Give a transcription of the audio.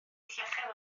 llechen